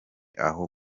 aho